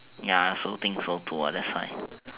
ya I also think so too that's why